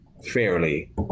fairly